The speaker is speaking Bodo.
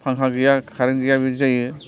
फांखा गैया कारेन्ट गैया बिदि जायो